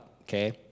okay